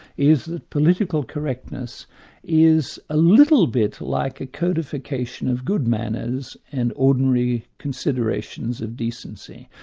is that political correctness is a little bit like a codification of good manners and ordinary considerations of decency.